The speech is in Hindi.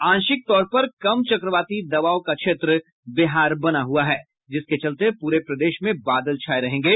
आंशिक तौर पर कम चक्रवाती दबाव का क्षेत्र बिहार बना हुआ है जिसके चलते पूरे प्रदेश में बादल छाये रहेंगे